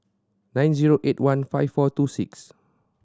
nine zero eight one five four two six